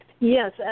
Yes